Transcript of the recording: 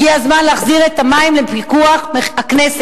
הגיע הזמן להחזיר את המים לפיקוח הכנסת.